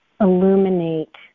Illuminate